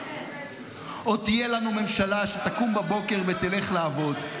עוד תהיה לנו ממשלה שתקום בבוקר ותלך לעבוד.